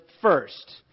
first